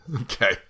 Okay